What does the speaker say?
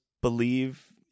believe